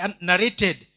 narrated